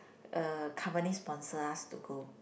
uh company sponsor us to go